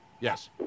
Yes